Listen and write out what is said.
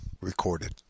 recorded